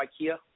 Ikea